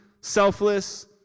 selfless